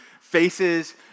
faces